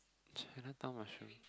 Chinatown mushroom